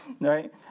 right